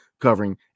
covering